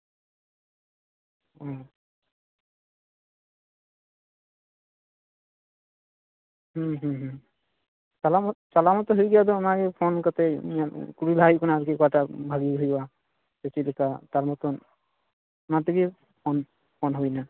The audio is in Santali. ᱚ ᱦᱩᱸ ᱦᱩᱸ ᱦᱩᱸ ᱪᱟᱞᱟᱣ ᱦᱚᱸᱛᱚ ᱪᱟᱞᱟᱣ ᱦᱚᱸᱛᱚ ᱦᱩᱭᱩᱜ ᱜᱮᱭᱟ ᱟᱫᱚ ᱚᱱᱟᱜᱮ ᱯᱷᱳᱱ ᱠᱟᱛᱮ ᱠᱩᱞᱤ ᱞᱟᱦᱟᱭ ᱦᱩᱭᱩᱜ ᱠᱟᱱᱟ ᱟᱨᱠᱤ ᱚᱠᱟᱴᱟᱜ ᱵᱷᱟᱜᱮ ᱦᱩᱭᱩᱜᱼᱟ ᱥᱮ ᱪᱮᱫᱞᱮᱠᱟ ᱛᱟᱨᱢᱚᱛᱚᱱ ᱚᱱᱟᱛᱮᱜᱮ ᱯᱷᱳᱱ ᱯᱷᱳᱱ ᱦᱩᱭᱮᱱᱟ